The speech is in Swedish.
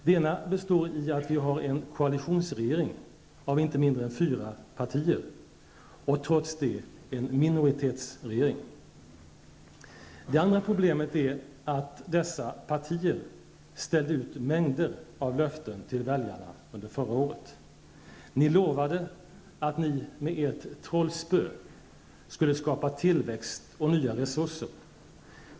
Det ena består i att vi har en koalitionsregering av inte mindre än fyra partier och trots det en minoritetsregering. Det andra problemet är att dessa partier ställde ut mängder av löften till väljarna under förra året. Ni lovade att ni med ert trollspö skulle skapa tillväxt och nya resurser.